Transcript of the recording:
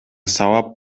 сабап